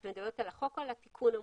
את מדברת על החוק או על התיקון המוצע?